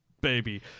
baby